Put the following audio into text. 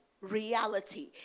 reality